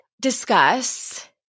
discuss